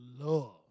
love